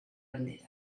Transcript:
bandera